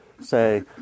say